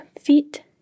feet